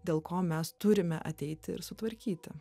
dėl ko mes turime ateiti ir sutvarkyti